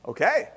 Okay